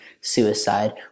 suicide